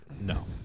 No